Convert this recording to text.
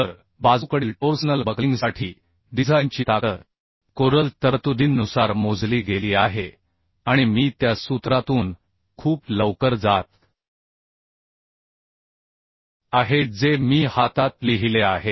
तर बाजूकडील टोर्सनल बकलिंगसाठी डिझाइनची ताकद कोरल तरतुदींनुसार मोजली गेली आहे आणि मी त्या सूत्रातून खूप लवकर जात आहे जे मी हातात लिहिले आहे